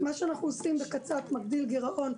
מה שאנחנו עושים בקצ"ת מגדיל גירעון,